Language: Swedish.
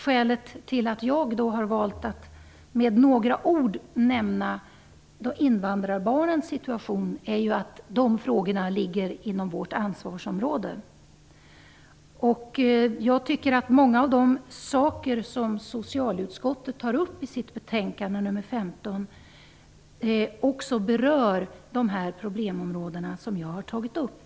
Skälet till att jag har valt att med några ord nämna invandrarbarnens situation är att de frågorna ligger inom vårt ansvarsområde. Många av de saker som socialutskottet tar upp i betänkande nr 15 berör också de problemområden som jag har tagit upp.